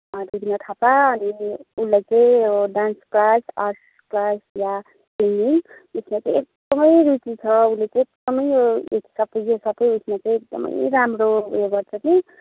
रिधिमा थापा अनि उसलाई चाहिँ यो डान्स क्लास आर्ट क्लास या सिङ्गिङ उसलाई चाहिँ एकदमै रुचि छ उसले चाहिँ एकदमै यो जे सक्यो उसमा एकदमै राम्रो उयो गर्छ कि